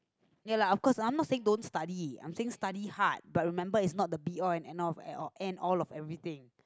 ya lah of course I'm not saying don't study I'm saying study hard but remember it's not the be all and end of~ end all of everything